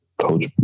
coach